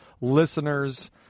listeners